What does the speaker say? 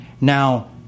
Now